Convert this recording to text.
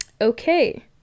Okay